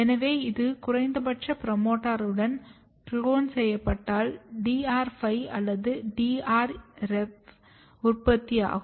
எனவே இது ஒரு குறைந்தபட்ச புரோமோட்டாருடன் குளோன் செய்யப்பட்டால் DR5 அல்லது DRrev உற்பத்தியாகும்